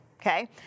Okay